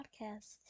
podcast